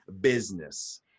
business